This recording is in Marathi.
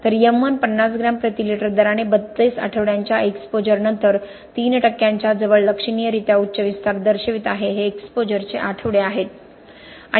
तर M1 50 ग्रॅम प्रति लिटर दराने 32 आठवड्यांच्या एक्सपोजर नंतर 3 टक्क्यांच्या जवळ लक्षणीयरीत्या उच्च विस्तार दर्शवित आहे हे एक्सपोजरचे आठवडे आहेत